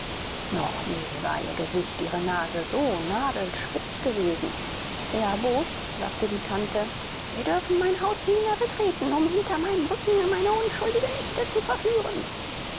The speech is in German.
noch nie war ihr gesicht ihre nase so nadelspitz gewesen erbost sagte die tante sie dürfen mein haus nie mehr betreten um hinter meinem rücken meine unschuldige nichte zu verführen